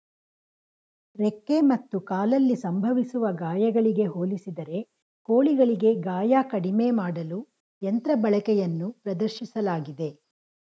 ರೆಕ್ಕೆ ಮತ್ತು ಕಾಲಲ್ಲಿ ಸಂಭವಿಸುವ ಗಾಯಗಳಿಗೆ ಹೋಲಿಸಿದರೆ ಕೋಳಿಗಳಿಗೆ ಗಾಯ ಕಡಿಮೆ ಮಾಡಲು ಯಂತ್ರ ಬಳಕೆಯನ್ನು ಪ್ರದರ್ಶಿಸಲಾಗಿದೆ